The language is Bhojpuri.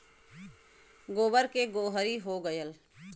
गोबर के गोहरी हो गएल